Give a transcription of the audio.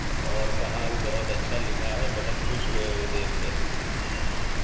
اور کہا بہت اچھا لکھا ہے بہت خوش ہوئے وہ دیکھ کے